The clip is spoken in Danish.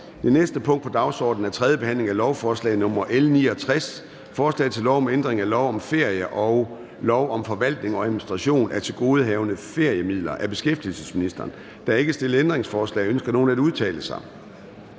Det næste punkt på dagsordenen er: 9) 3. behandling af lovforslag nr. L 69: Forslag til lov om ændring af lov om ferie og lov om forvaltning og administration af tilgodehavende feriemidler. (Genindførelse af bagatelgrænser for udbetaling